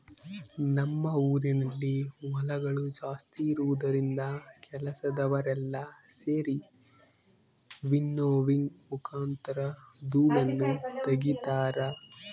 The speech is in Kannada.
ನಮ್ಮ ಊರಿನಲ್ಲಿ ಹೊಲಗಳು ಜಾಸ್ತಿ ಇರುವುದರಿಂದ ಕೆಲಸದವರೆಲ್ಲ ಸೆರಿ ವಿನ್ನೋವಿಂಗ್ ಮುಖಾಂತರ ಧೂಳನ್ನು ತಗಿತಾರ